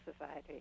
society